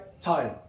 time